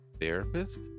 therapist